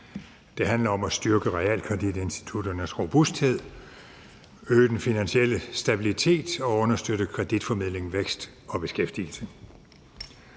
Det handler om at styrke realkreditinstitutternes robusthed, øge den finansielle stabilitet og understøtte kreditformidling, vækst og beskæftigelse.